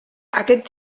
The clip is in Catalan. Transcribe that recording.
aquest